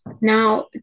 Now